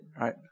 right